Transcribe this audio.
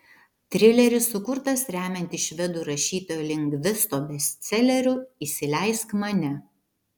trileris sukurtas remiantis švedų rašytojo lindgvisto bestseleriu įsileisk mane